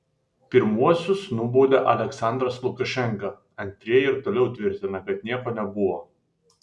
pirmuosius nubaudė aliaksandras lukašenka antrieji ir toliau tvirtina kad nieko nebuvo